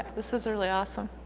this is ah really awesome